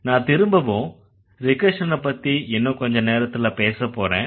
நான் திரும்பவும் ரிகர்ஷனைப்பத்தி இன்னும் கொஞ்ச நேரத்துல பேசப்போறேன்